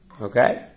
Okay